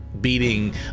Beating